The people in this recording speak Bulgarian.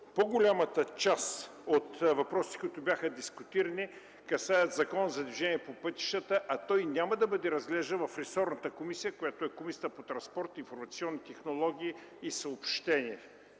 по-голямата част от въпросите, които бяха дискутирани, касаят Закона за движението по пътищата, а той няма да бъде разглеждан в ресорната комисия – Комисията по транспорт, информационни технологии и съобщения.